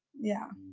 yeah,